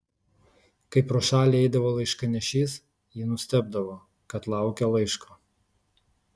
kai pro šalį eidavo laiškanešys ji nustebdavo kad laukia laiško